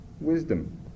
wisdom